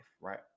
right